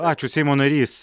ačiū seimo narys